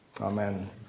amen